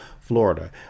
Florida